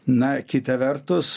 na kita vertus